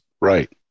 Right